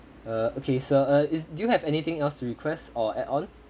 err okay sir uh is do you have anything else to request or add on